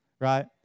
right